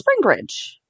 Springbridge